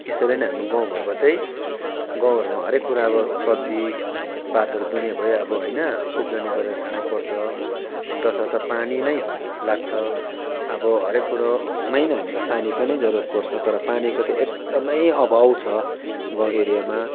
यसरी नै हाम्रो गाउँघरको चाहिँ गाउँहरूमा हरेक कुरा अब सब्जीपातहरू दुनियाँ भयो अब होइन उब्जनी गरेर खानुपर्छ तसर्थ अब पानी नै लाग्छ अब हरेक कुरोमै नै हामीलाई पानीको नै जरुरत पर्छ तर पानीको त्यही एकदमै अभाव छ गाउँ एरियामा